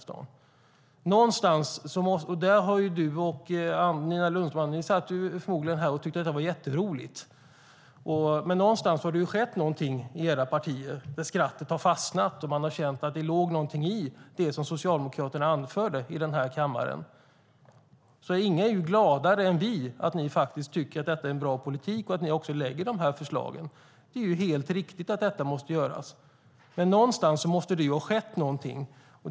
Då tyckte Margareta Cederfelt och Nina Lundström förmodligen att det var jätteroligt, men någonstans har det ju skett något i era partier. Skrattet har fastnat, och ni har känt att det låg något i det som Socialdemokraterna anförde här i kammaren. Ingen är gladare än vi för att ni faktiskt tycker att det är en bra politik och lägger fram dessa förslag. Det är helt riktigt att detta måste göras. Det måste dock ha skett något.